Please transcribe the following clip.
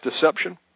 deception